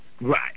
Right